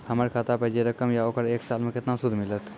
हमर खाता पे जे रकम या ओकर एक साल मे केतना सूद मिलत?